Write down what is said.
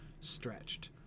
stretched